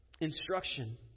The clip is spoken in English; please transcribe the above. instruction